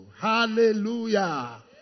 Hallelujah